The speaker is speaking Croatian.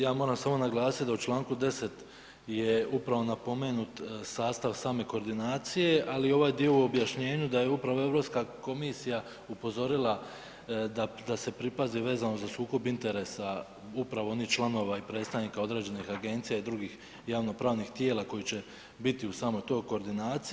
Ja moram samo naglasiti da u čl. 10 je upravo napomenut sastav same koordinacije, ali i ovaj dio u objašnjenju da je upravo Europska komisija upozorila da se pripazi vezano za sukob interesa upravo onih članova i predstavnika određenih agencija i drugih javnopravnih tijela koja će biti u samoj toj koordinaciji.